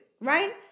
right